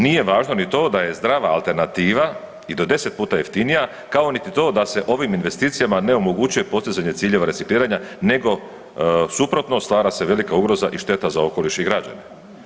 Nije važno ni to da je zdrava alternativa i do 10 puta jeftinija, kao niti to da se ovim investicijama ne omogućuje postizanje ciljeva recikliranja nego suprotno, stvara se velika ugroza i šteta za okoliš i građane.